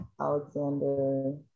Alexander